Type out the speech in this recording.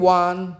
one